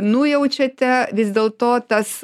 nujaučiate vis dėlto tas